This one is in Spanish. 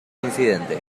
incidente